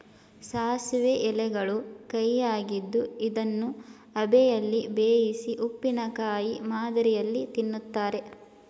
ಸಾಸಿವೆ ಎಲೆಗಳು ಕಹಿಯಾಗಿದ್ದು ಇದನ್ನು ಅಬೆಯಲ್ಲಿ ಬೇಯಿಸಿ ಉಪ್ಪಿನಕಾಯಿ ಮಾದರಿಯಲ್ಲಿ ತಿನ್ನುತ್ತಾರೆ